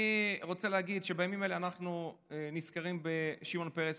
אני רוצה להגיד שבימים אלה אנחנו נזכרים בשמעון פרס,